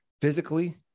physically